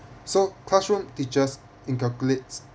so classroom teaches inculcates